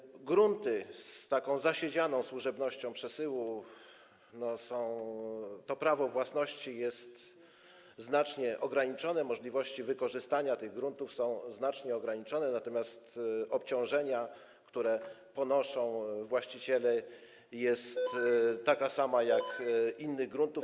W przypadku gruntów z taką zasiedzianą służebnością przesyłu to prawo własności jest znacznie ograniczone, możliwości wykorzystania tych gruntów są znacznie ograniczone, natomiast obciążenia, które ponoszą właściciele, są takie same jak w przypadku innych gruntów.